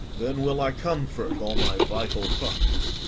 then will i comfort all my vital parts,